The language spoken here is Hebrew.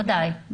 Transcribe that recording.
בוודאי.